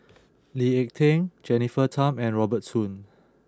Lee Ek Tieng Jennifer Tham and Robert Soon